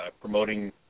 promoting